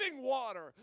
water